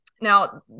Now